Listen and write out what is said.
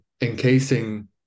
encasing